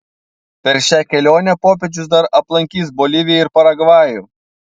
per šią kelionę popiežius dar aplankys boliviją ir paragvajų